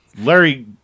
Larry